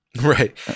right